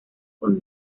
por